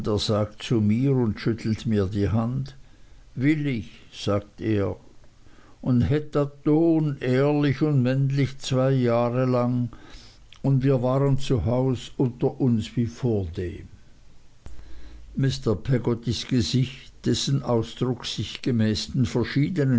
er sagt zu mir und schüttelt mir die hand will ich sagte er und hett dat dohn ehrlich und männlich zwei jahre lang und wir waren zuhaus unter uns wie vordem mr peggottys gesicht dessen ausdruck sich gemäß den verschiedenen